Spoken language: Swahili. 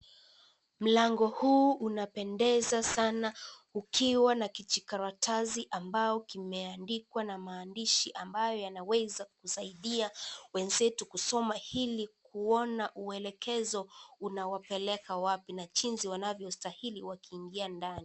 Mlango huu unapendeza sana ukiwa na kijikaratasi ambao kimeandikwa na maandishi ambayo yanaweza kusaidia wenzetu kusoma ili kuona uelekezo unawapeleka wapi na jinsi wanavyostahili wakiingia ndani.